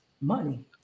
money